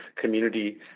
community